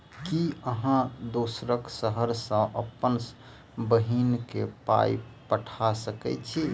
की अहाँ दोसर शहर सँ अप्पन बहिन केँ पाई पठा सकैत छी?